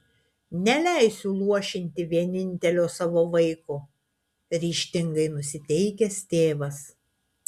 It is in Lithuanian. neleisiu luošinti vienintelio savo vaiko ryžtingai nusiteikęs tėvas